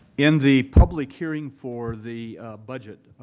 in the public hearing for the budget,